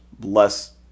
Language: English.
less